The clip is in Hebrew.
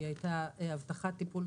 היא הייתה הבטחת טיפול,